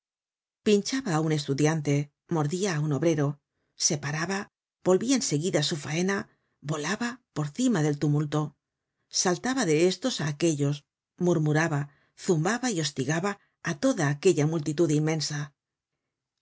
pinchaba á un estudiante mordia á un obrero se paraba volvia en seguida á su faena volaba por cima del tumulto saltaba de estos á aquellos murmuraba zumbaba y hostigaba á toda aquella multitud inmensa en